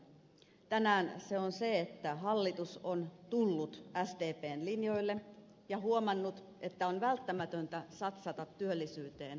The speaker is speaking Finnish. tänään sellainen on se että hallitus on tullut sdpn linjoille ja huomannut että on välttämätöntä satsata työllisyyteen vahvemmin